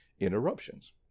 interruptions